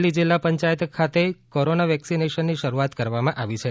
અરવલ્લી જિલ્લા પંચાયત ખાતે કોરોના વેક્સિનેશનની શરૂઆત કરવામાં આવી છે